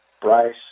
Bryce